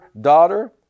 Daughter